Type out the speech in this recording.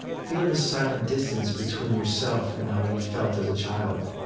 feel the silent distance between yourself and how you felt as a child,